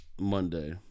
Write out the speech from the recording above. Monday